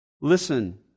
Listen